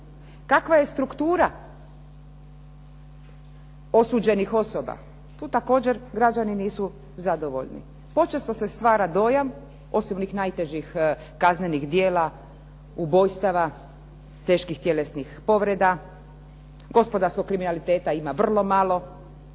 Kakva je struktura osuđenih osoba? Tu također građani nisu zadovoljni. Počesto se stvara dojam osobnih najtežih kaznenih djela, ubojstava, teških tjelesnih povreda. Gospodarskog kriminaliteta ima vrlo malo.